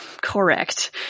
Correct